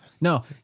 No